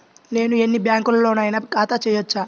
నేను ఎన్ని బ్యాంకులలోనైనా ఖాతా చేయవచ్చా?